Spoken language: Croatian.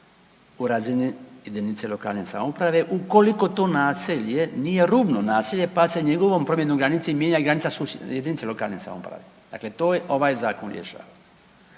u razini jedinice lokalne samouprave ukoliko to naselje nije rubno naselje pa se njegovom promjenom granice mijenja granica susjeda, jedinice lokalne samouprave, dakle to je ovaj Zakon rješava.